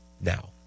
Now